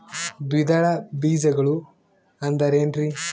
ದ್ವಿದಳ ಬೇಜಗಳು ಅಂದರೇನ್ರಿ?